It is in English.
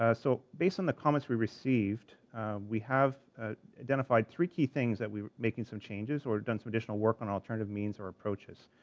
ah so based on the comments we received we have identified three key things that we were making some changes, or done some additional work on alternative means, or approaches,